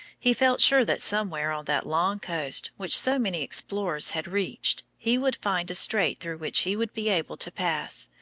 he felt sure that somewhere on that long coast which so many explorers had reached he would find a strait through which he would be able to pass,